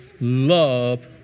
love